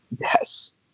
Yes